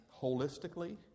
holistically